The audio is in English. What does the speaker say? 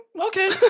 Okay